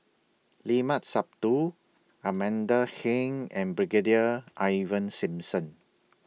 Limat Sabtu Amanda Heng and Brigadier Ivan Simson